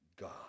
God